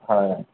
হ্যাঁ